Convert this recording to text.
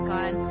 God